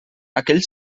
aquell